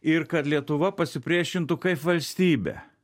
ir kad lietuva pasipriešintų kaip valstybė